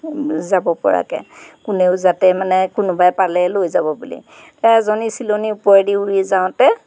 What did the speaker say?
যাব পৰাকৈ কোনেও যাতে মানে কোনোবাই পালে লৈ যাব বুলি এজনী চিলনি ওপৰেদি উৰি যাওঁতে